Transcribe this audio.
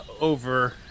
over